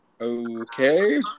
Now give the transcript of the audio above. okay